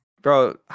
Bro